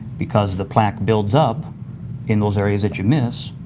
because the plaque build up in those areas that you miss,